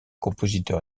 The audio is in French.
compositeur